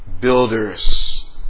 builders